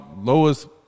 lowest